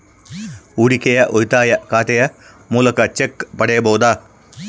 ಹೂಡಿಕೆಯ ಉಳಿತಾಯ ಖಾತೆಯ ಮೂಲಕ ಚೆಕ್ ಪಡೆಯಬಹುದಾ?